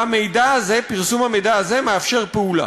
והמידע הזה, פרסום המידע הזה, מאפשר פעולה.